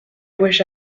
wish